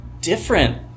different